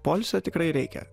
poilsio tikrai reikia